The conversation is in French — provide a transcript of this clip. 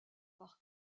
par